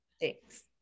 Thanks